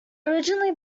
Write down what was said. originally